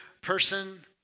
person